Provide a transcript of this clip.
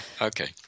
okay